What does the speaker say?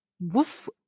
woof